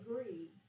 agree